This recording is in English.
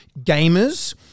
gamers